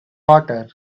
water